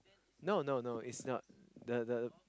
no no no is not the the